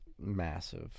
massive